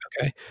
Okay